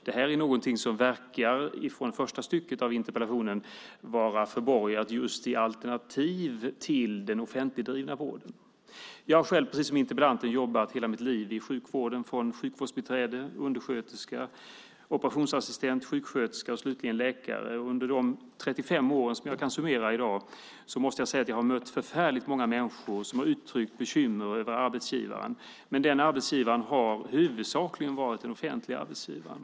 Det här är något som enligt första stycket i interpellationen verkar vara förborgat i just alternativ till den offentligdrivna vården. Jag har precis som interpellanten jobbat hela mitt liv i sjukvården. Jag har varit allt från sjukvårdsbiträde, undersköterska, operationsassistent, sjuksköterska till slutligen läkare. Under de 35 år som jag kan summera i dag har jag mött förfärligt många människor som uttryckt bekymmer över arbetsgivaren. Men den arbetsgivaren har huvudsakligen varit den offentliga arbetsgivaren.